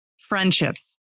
friendships